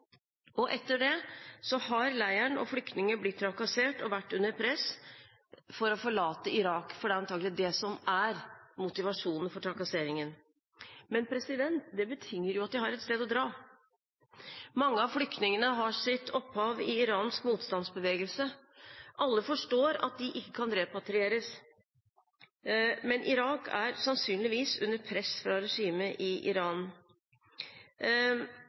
Etter det har leiren og flyktninger blitt trakassert og vært under press for å forlate Irak, for det er antakelig det som er motivasjonen for trakasseringen. Men det betinger at de har et sted å dra. Mange av flyktningene har sitt opphav i iransk motstandsbevegelse. Alle forstår at de ikke kan repatrieres, men Irak er sannsynligvis under press fra regimet i Iran.